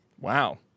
Wow